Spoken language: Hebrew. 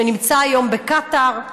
שנמצא היום בקטאר,